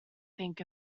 think